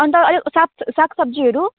अन्त अरू साग सागसब्जीहरू